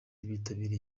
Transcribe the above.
bitabiriye